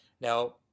Now